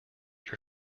your